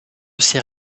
sait